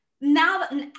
now